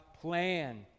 plan